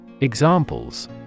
Examples